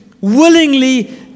willingly